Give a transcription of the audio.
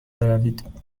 بروید